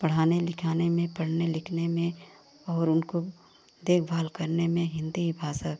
पढ़ाने लिखाने में पढ़ने लिखने में और उनको देखभाल करने में हिन्दी ही भाषा